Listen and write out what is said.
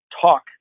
talk